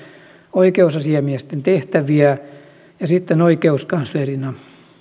oikeusasiamiesten tehtäviä ja sitten oikeuskanslerina